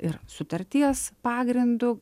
ir sutarties pagrindu